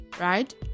right